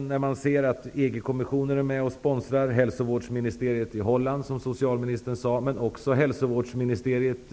När man ser att EG-kommissionen, hälsovårdsministeriet i Holland -- precis som socialministern sade -- och även hälsoministeriet